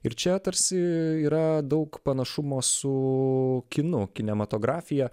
ir čia tarsi yra daug panašumo su kinu kinematografija